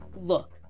look